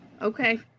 Okay